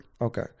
Okay